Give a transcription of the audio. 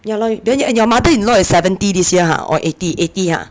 ya lor then and your mother-in-law is seventy this year ha or eighty eighty ha